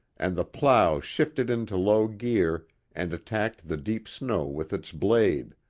and the plow shifted into low gear and attacked the deep snow with its blade,